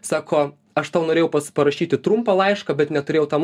sako aš tau norėjau pas parašyti trumpą laišką bet neturėjau tam